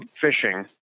fishing